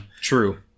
True